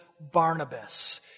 Barnabas